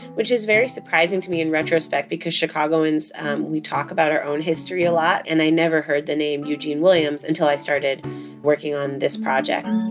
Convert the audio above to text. which is very surprising to me in retrospect because chicagoans we talk about our own history a lot, and i never heard the name eugene williams until i started working on this project